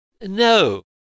No